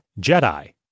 Jedi